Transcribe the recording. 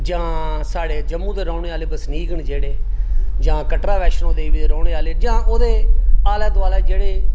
जां साढ़े जम्मू रौह्ने आह्ले बसनीक न जेह्ड़े जां कटरा बैश्नो देवी रौह्ने आह्ले जां ओह्दे आलै दुआलै जेह्ड़े